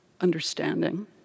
understanding